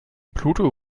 pluto